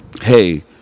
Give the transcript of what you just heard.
hey